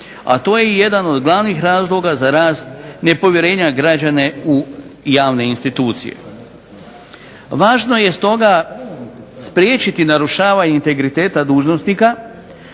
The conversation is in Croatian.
a to je jedan od glavnih razloga za rast nepovjerenja građana u javne institucije. Važno je stoga spriječiti narušavanje integriteta dužnosnika